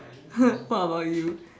what about you